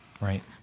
Right